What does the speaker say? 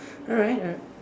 alright alright